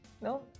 no